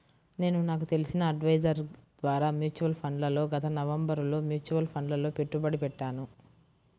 నేను నాకు తెలిసిన అడ్వైజర్ ద్వారా మ్యూచువల్ ఫండ్లలో గత నవంబరులో మ్యూచువల్ ఫండ్లలలో పెట్టుబడి పెట్టాను